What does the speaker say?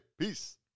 Peace